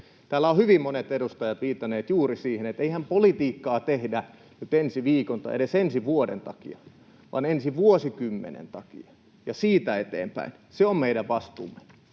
Täällä ovat hyvin monet edustajat viitanneet juuri siihen, että eihän politiikkaa tehdä ensi viikon tai edes ensi vuoden takia, vaan ensi vuosikymmenen takia ja siitä eteenpäin. Se on meidän vastuumme.